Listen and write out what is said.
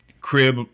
crib